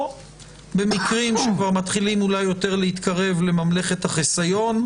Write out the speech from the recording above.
או במקרים שכבר מתחילים להתקרב לממלכת החיסיון,